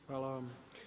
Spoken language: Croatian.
Hvala vam.